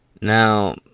Now